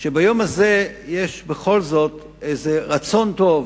שביום הזה יש בכל זאת איזה רצון טוב,